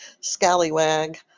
scallywag